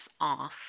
off